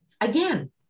Again